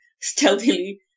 stealthily